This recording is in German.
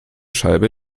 scheibe